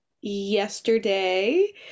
yesterday